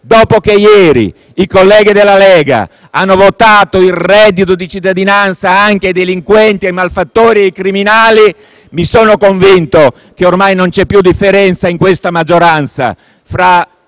Dopo che ieri, però, i colleghi della Lega hanno votato la concessione del reddito di cittadinanza anche ai delinquenti, ai malfattori e ai criminali, mi sono convinto che ormai non c'è più differenza, in questa maggioranza, tra